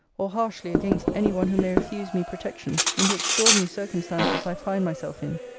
or harshly against any one who may refuse me protection in the extraordinary circumstances i find myself in,